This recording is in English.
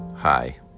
Hi